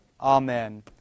Amen